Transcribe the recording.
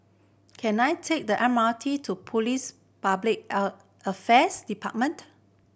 can I take the M R T to Police Public Affairs Department